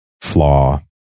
flaw